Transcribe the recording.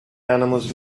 animals